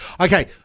Okay